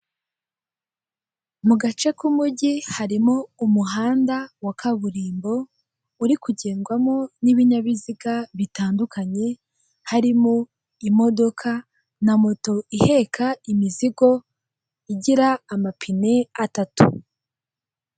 Mu gace ku mugi harimo umuhanda wa kaburimbo uri kugendwamo n'ibinyabiziga bitandukanye harimo imodoka na moto iheka imizigo igira amapine atatu.